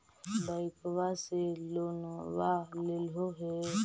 बैंकवा से लोनवा लेलहो हे?